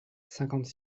cinquante